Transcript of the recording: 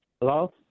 Hello